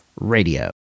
Radio